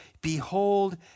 Behold